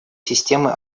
системы